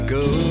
go